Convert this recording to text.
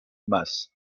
masse